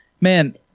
Man